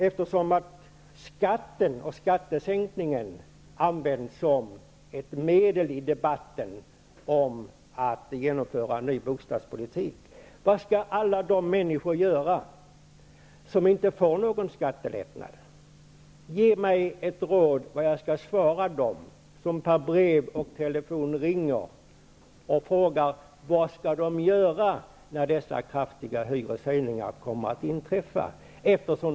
Eftersom skatten och skattesänkningen används som ett medel i debatten om att genomföra en ny bostadspolitik, frågade jag förut vad alla de människor som inte får någon skattelättnad skall göra. Ge mig ett råd vad jag skall svara dem som per brev och telefon tar kontakt och frågar vad de skall göra när dessa kraftiga hyreshöjningar kommer att inträffa.